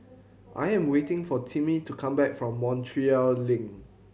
I am waiting for Timmy to come back from Montreal Link